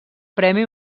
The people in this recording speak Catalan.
premi